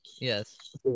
yes